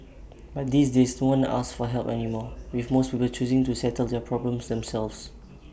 but these days no one asks for help anymore with most people choosing to settle their problems themselves